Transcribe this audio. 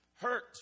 Hurt